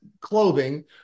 clothing